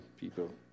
people